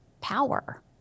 power